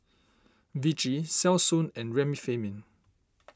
Vichy Selsun and Remifemin